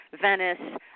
Venice